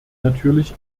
natürlich